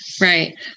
right